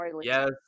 yes